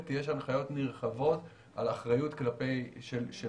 יש הנחיות נרחבות על אחריות של האורגנים,